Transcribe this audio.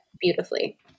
beautifully